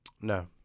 No